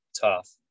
tough